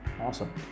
Awesome